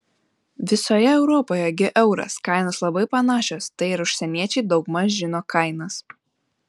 visoje europoje gi euras kainos labai panašios tai ir užsieniečiai daugmaž žino kainas